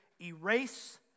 erase